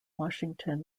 washington